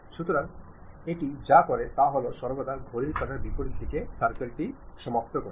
সুতরাং এটি যা করে তা হল সর্বদা ঘড়ির কাঁটার বিপরীত দিকে সার্কেল টি সমাপ্ত করে